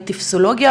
טופסולוגיה,